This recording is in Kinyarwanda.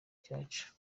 cyacu